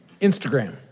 Instagram